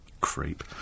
Creep